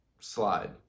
slide